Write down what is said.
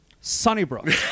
Sunnybrook